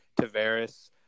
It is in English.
Tavares